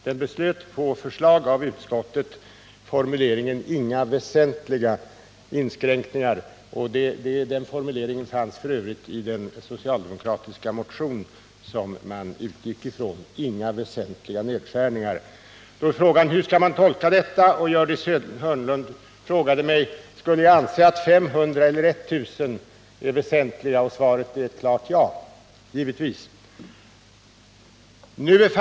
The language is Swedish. På förslag av utskottet beslöt riksdagen att anta formuleringen ”inga väsentliga nedskärningar”. Den formuleringen fanns f. ö. i den socialdemokratiska motion som man utgick ifrån. Då är frågan: Hur skall man tolka detta? Gördis Hörnlund frågade mig, om jag anser att 500 eller 1000 är en väsentlig nedskärning, och svaret blir givetvis ett klart ja.